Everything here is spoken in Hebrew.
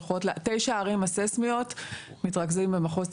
תשע הערים הסיסמיות מתרכזים במחוז צפון.